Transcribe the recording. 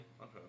Okay